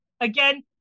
Again